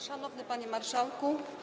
Szanowny Panie Marszałku!